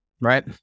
right